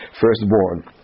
firstborn